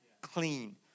clean